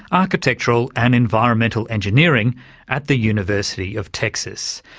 architectural and environmental engineering at the university of texas.